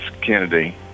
Kennedy